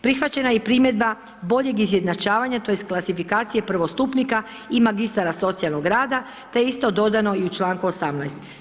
Prihvaćena je i primjedba boljeg izjednačavanja tj. klasifikacije prvostupnika i magistara socijalnog rada te je isto dodano i u članku 18.